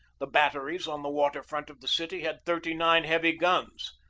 the batteries on the water-front of the city had thirty-nine heavy guns,